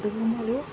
దోమలు